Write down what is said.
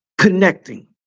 connecting